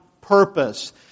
purpose